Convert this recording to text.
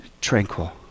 tranquil